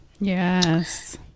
yes